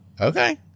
Okay